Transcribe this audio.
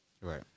Right